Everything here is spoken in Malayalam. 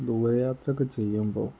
ദൂരയാത്രയൊക്കെ ചെയ്യുമ്പോൾ